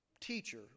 teacher